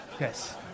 Yes